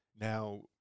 Now